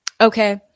Okay